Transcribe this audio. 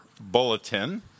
bulletin